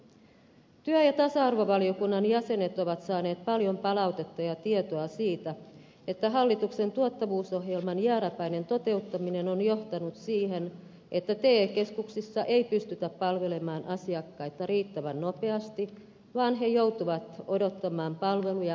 työ ja tasa arvovaliokunnan jäsenet ovat saaneet paljon palautetta ja tietoa siitä että hallituksen tuottavuusohjelman jääräpäinen toteuttaminen on johtanut siihen että te keskuksissa ei pystytä palvelemaan asiakkaita riittävän nopeasti vaan he joutuvat odottamaan palveluja kohtuuttoman pitkään